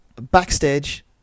backstage